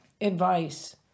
advice